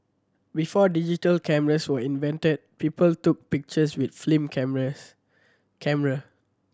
before digital cameras were invented people took pictures with film cameras camera